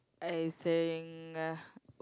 I think uh